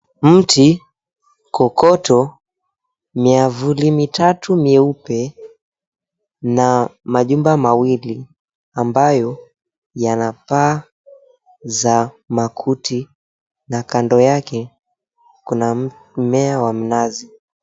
Mti, kokoto, miavuli mitatu mieupe, na majumba mawili ambayo yana paa za makuti na kando yake kuna mmea wa mnazi.